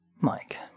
Mike